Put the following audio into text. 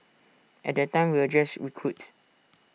at that time we were just recruits